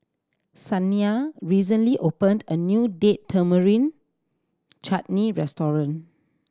Shaniya recently opened a new Date Tamarind Chutney restaurant